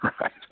Right